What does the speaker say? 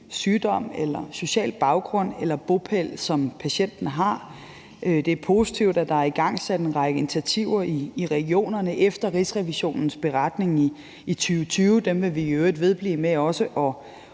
sygdom eller social baggrund eller bopæl, patienten har. Det er positivt, at der er igangsat en række initiativer i regionerne efter Rigsrevisionens beretning i 2020. Den vil vi i øvrigt vedblive med at